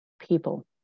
people